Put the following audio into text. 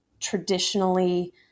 traditionally